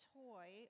toy